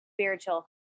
spiritual